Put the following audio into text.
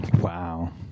wow